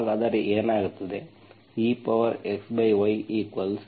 ಹಾಗಾದರೆ ಏನಾಗುತ್ತದೆ exyexy